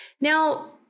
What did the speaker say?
Now